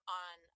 on